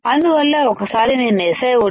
అందువల్ల ఒక్కసారి నేను SiO2